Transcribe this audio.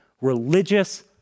religious